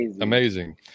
amazing